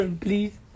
Please